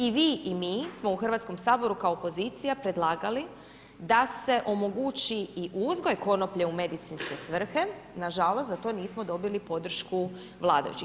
I vi i mi smo u Hrvatskom saboru kao opozicija predlagali da se omogući i uzgoj konoplje u medicinske svrhe, nažalost za to nismo dobili podršku vladajućih.